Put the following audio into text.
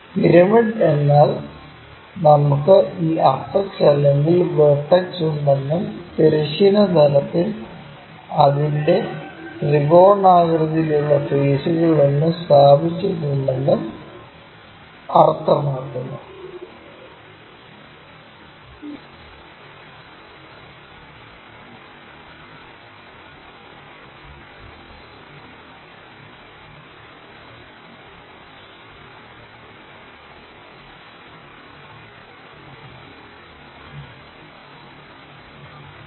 pyramid എന്നാൽ നമുക്ക് ഈ അപ്പക്സ് അല്ലെങ്കിൽ വെർട്ടക്സ് ഉണ്ടെന്നും തിരശ്ചീന തലത്തിൽ അതിന്റെ ത്രികോണാകൃതിയിലുള്ള ഫെയ്സ്സുകളിൽ ഒന്നു സ്ഥാപിച്ചിട്ടുണ്ടെന്നും അർത്ഥമാക്കുന്നു